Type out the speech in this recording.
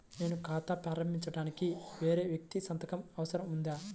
నేను ఖాతా ప్రారంభించటానికి వేరే వ్యక్తి సంతకం అవసరం ఉందా?